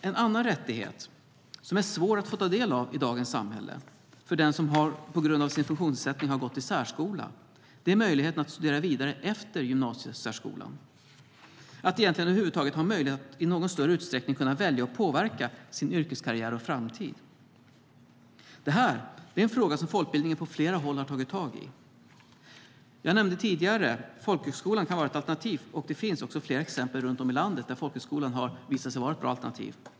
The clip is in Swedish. En annan rättighet som är svår att ta del av i dagens samhälle för den som på grund av sin funktionsförutsättning har gått i särskola är möjligheten att studera vidare efter gymnasiesärskolan och att egentligen över huvud taget ha möjligheten att i någon större utsträckning kunna välja och påverka sin yrkeskarriär och framtid. Det här är en fråga som folkbildningen på flera håll har tagit tag i. Jag nämnde tidigare hur folkhögskolan kan vara ett alternativ, och det finns flera exempel runt om i landet där folkhögskolan har visat sig vara ett bra alternativ.